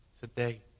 today